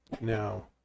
Now